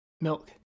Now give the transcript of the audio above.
milk